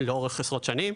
לאורך עשרות שנים,